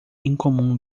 incomum